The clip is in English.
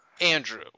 Andrew